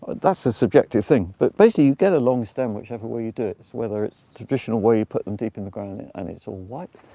that's a subjective thing, but basically you get a long stem whichever way you do it, whether it's traditional where you put them deep in the ground and and it's all white,